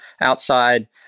outside